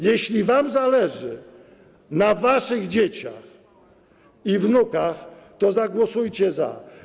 Jeśli wam zależy na waszych dzieciach i wnukach, to zagłosujcie za.